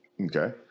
okay